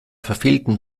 verfehlten